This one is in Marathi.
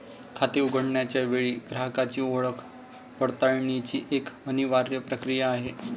खाते उघडण्याच्या वेळी ग्राहकाची ओळख पडताळण्याची एक अनिवार्य प्रक्रिया आहे